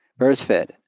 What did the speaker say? BirthFit